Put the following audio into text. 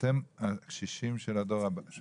אתם האזרחים הוותיקים של המחר.